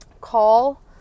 call